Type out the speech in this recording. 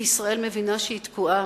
כי ישראל מבינה שהיא תקועה.